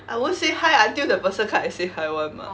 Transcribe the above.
I won't say hi until the person come and say hi [one] mah